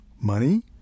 Money